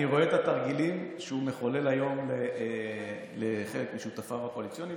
אני רואה את התרגילים שהוא מחולל היום לחלק משותפיו הקואליציוניים.